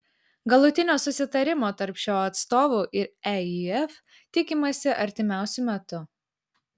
galutinio susitarimo tarp šio atstovų ir eif tikimasi artimiausiu metu